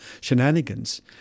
shenanigans